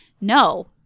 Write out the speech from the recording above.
no